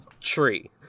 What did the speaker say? Tree